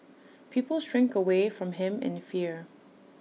people shrink away from him in fear